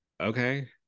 okay